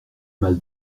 mal